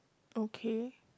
okay